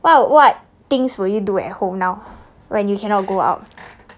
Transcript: !wow! what things will you do at home now when you cannot go out